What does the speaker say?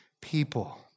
people